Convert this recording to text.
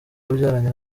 wabyaranye